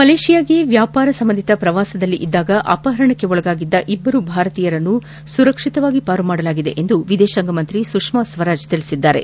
ಮಲೇಷ್ಟಾಗೆ ವ್ವಾಪಾರ ಸಂಬಂಧಿತ ಪ್ರವಾಸದಲ್ಲಿದ್ದಾಗ ಅಪಹರಣಕ್ಕೊಳಗಾದ ಇಬ್ಬರು ಭಾರತೀಯರನ್ನು ಸುರಕ್ಷಿತವಾಗಿ ಪಾರುಮಾಡಲಾಗಿದೆ ಎಂದು ವಿದೇಶಾಂಗ ಸಚಿವೆ ಸುಷ್ಮ ಸ್ವರಾಜ್ ಹೇಳಿದ್ದಾರೆ